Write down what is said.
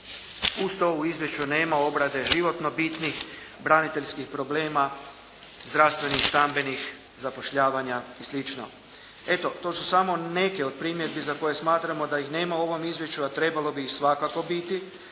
Uz to u izvješću nema obrade životno bitnih braniteljskih problema, zdravstvenih, stambenih, zapošljavanja i slično. Eto, to su samo neke od primjedbi za koje smatramo da ih nema u ovom izvješću, a trebalo bi ih svakako biti,